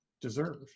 deserve